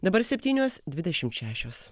dabar septynios dvidešimt šešios